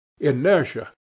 inertia